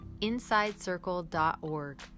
InsideCircle.org